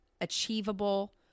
achievable